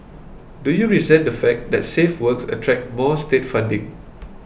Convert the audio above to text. do you resent the fact that safe works attract more state funding